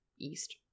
East